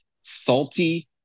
Salty